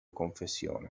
confessione